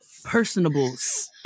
personables